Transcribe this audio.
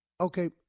okay